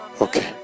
okay